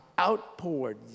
outpoured